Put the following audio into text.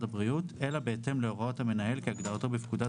הבריאות אלא בהתאם להוראות המנהל כהגדרתו בפקודת